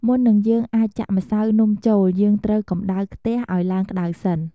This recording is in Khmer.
មុននឹងយើងអាចចាក់ម្សៅនំចូល យើងត្រូវកម្តៅខ្ទះឱ្យឡើងក្តៅសិន។